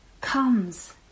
comes